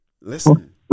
Listen